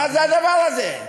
מה זה הדבר הזה?